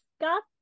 got